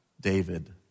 David